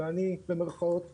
ואני במרכאות "נקי",